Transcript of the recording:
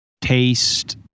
taste